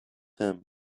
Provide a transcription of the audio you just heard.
him